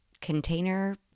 container